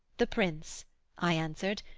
the prince i answered,